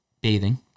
bathing